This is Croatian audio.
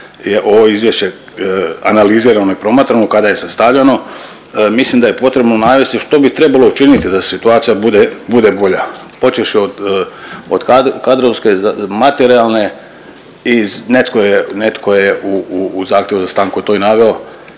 ovo izvješće analizirano i promatrano, kada je sastavljano, mislim da je potrebno navesti što bi trebalo učiniti da situacija bude, bude bolja počevši od kadrovske, materijalne i netko je, netko je u zahtjevu za stanku to i naveo,